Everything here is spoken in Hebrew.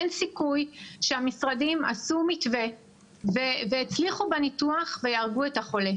אין סיכוי שהמשרדים עשו מתווה והצליחו בניתוח ויהרגו את החולה.